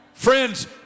Friends